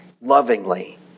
Lovingly